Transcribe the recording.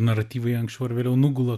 naratyvai anksčiau ar vėliau nugula